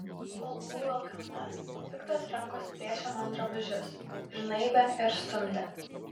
kol buvau velkama piktos rankos plėšė man drabužius žnaibė ir stumdė